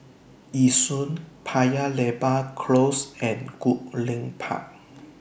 Yishun Paya Lebar Close and Goodlink Park